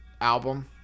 album